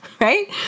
right